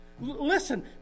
Listen